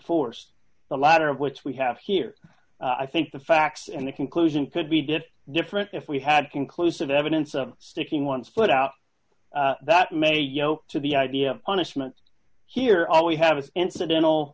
force the latter of which we have here i think the facts and the conclusion could be diff different if we had conclusive evidence of sticking one's foot out that may yoked to the idea of punishment here all we have is incidental